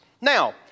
Now